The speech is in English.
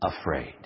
afraid